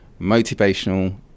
motivational